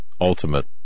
ultimate